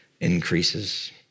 increases